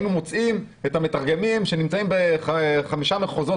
היינו מוצאים את המתרגמים שנמצאים בחמישה מחוזות